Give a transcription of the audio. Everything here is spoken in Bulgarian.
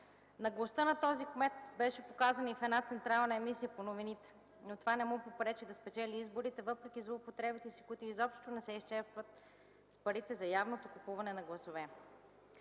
Наглостта на този кмет беше показана и в една централна емисия по новините. Това не му попречи да спечели изборите, въпреки злоупотребите си, които изобщо не се изчерпват с парите за явното купуване на гласове.